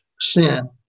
sin